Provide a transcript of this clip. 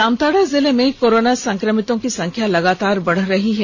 जामताड़ा जिले में कोरोना संक्रमितों की संख्या लगातार बढ़ रही है